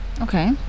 Okay